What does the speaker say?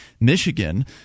Michigan